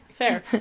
Fair